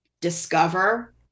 discover